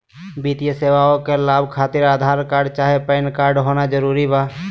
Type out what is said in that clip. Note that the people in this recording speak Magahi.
वित्तीय सेवाएं का लाभ खातिर आधार कार्ड चाहे पैन कार्ड होना जरूरी बा?